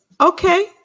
Okay